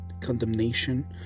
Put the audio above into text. condemnation